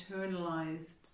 internalized